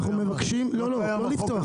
לא לפתוח.